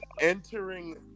Entering